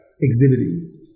exhibiting